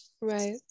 Right